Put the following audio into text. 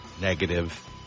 negative